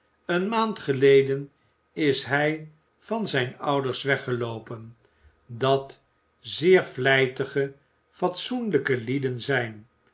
eene maand geleden is hij van zijn ouders weggeloopen dat zeer vlijtige fatsoenlijke lieden zijn